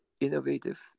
innovative